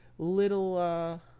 little